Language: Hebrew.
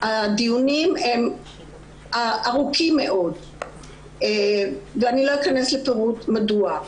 הדיונים הם ארוכים מאוד ואני לא אכנס לפירוט מדוע.